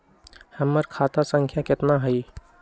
हमर खाता संख्या केतना हई?